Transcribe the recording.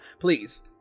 Please